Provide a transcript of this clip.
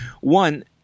One